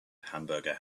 hamburger